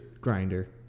grinder